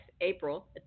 April